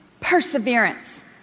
perseverance